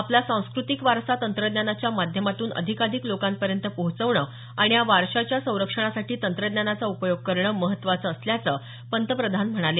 आपला सांस्कृतिक वारसा तंत्रज्ञानाच्या माध्यमातून अधिकाधिक लोकांपर्यंत पोहचवणं आणि या वारशाच्या संरक्षणासाठी तंत्रज्ञानाचा उपयोग करणं महत्त्वाचं असल्याचं पंतप्रधान म्हणाले